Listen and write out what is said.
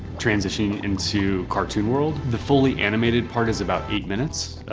transitioning into cartoon world. the fully animated part is about eight minutes,